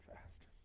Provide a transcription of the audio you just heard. fast